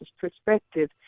perspective